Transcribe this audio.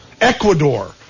Ecuador